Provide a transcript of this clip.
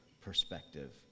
perspective